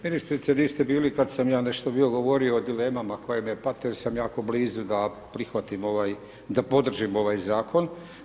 Ministrice vi ste bili kada sam ja nešto govorio o dilemama koje me pate, jer sam jako blizu da prihvatim, da podržim ovaj zakon.